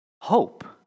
Hope